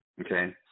Okay